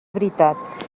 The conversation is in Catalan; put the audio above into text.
veritat